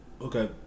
Okay